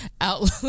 out